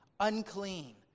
unclean